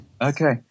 okay